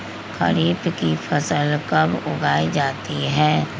खरीफ की फसल कब उगाई जाती है?